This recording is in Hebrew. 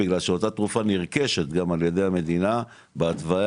אותה תרופה נרכשת גם על ידי המדינה בהתוויה